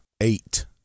eight